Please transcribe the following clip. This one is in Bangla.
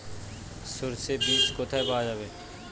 সর্ষে বিজ কোথায় পাওয়া যাবে?